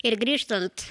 ir grįžtant